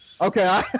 Okay